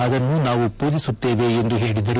ಅದನ್ನು ನಾವು ಪೂಜಿಸುತ್ತೇವೆ ಎಂದು ಹೇಳಿದರು